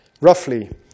Roughly